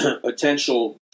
potential